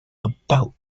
about